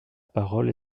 parole